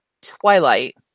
twilight